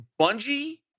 Bungie